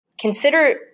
Consider